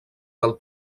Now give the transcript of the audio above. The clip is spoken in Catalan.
del